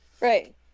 right